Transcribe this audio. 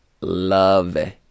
love